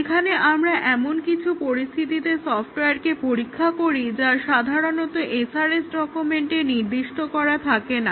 এখানে আমরা এমন কিছু পরিস্থিতিতে সফটওয়্যারটিকে পরীক্ষা করি যা সাধারণত SRS ডকুমেন্টে নির্দিষ্ট করা থাকে না